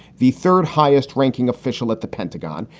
the third highest ranking official at the pentagon,